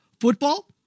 Football